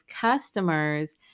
customers